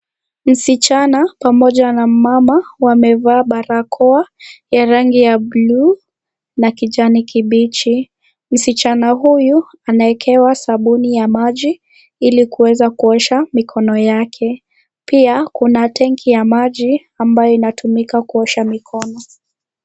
Msichana pamoja na mama wamevaa barakoa ya rangi ya buluu na kijani kimbichi. Msichana huyu anaekewa sabuni ya maji ili kuweza kuosha mikono yake. Pia kuna tenki ya maji ambayo inatumika kuosha mikono.